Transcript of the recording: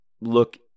look